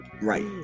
Right